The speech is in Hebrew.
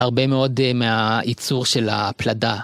הרבה מאוד מהייצור של הפלדה.